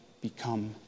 become